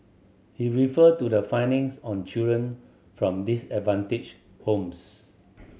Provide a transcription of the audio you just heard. he refer to the findings on children from disadvantaged homes